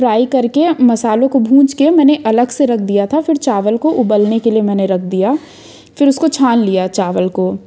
fry करके मसालों को भूँज के मैंने अलग से रख दिया था फिर चावल को उबलने के लिए मैंने रख दिया फिर उसको छान लिया चावल को